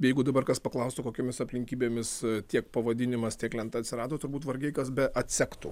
jeigu dabar kas paklaustų kokiomis aplinkybėmis tiek pavadinimas tiek lenta atsirado turbūt vargiai kas beatsektų